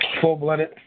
Full-Blooded